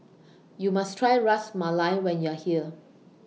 YOU must Try Ras Malai when YOU Are here